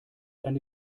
eine